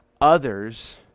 others